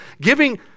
Giving